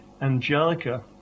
Angelica